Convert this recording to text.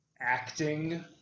acting